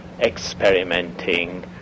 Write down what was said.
experimenting